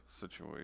situation